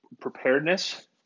preparedness